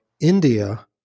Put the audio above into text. India